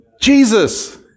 Jesus